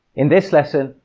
in this lesson,